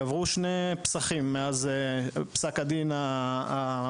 עברו שני פסחים מאז פסק הדין המושמץ,